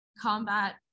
combat